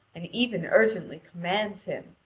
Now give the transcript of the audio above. and even urgently commands him,